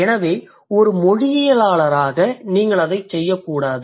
எனவே ஒரு மொழியியலாளராக நீங்கள் அதை செய்யக் கூடாது